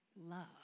love